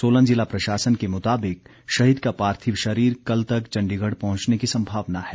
सोलन जिला प्रशासन के मुताबिक शहीद का पार्थिव शरीर कल तक चण्डीगढ़ पहुंचने की संभावना है